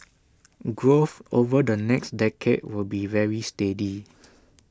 growth over the next decade will be very steady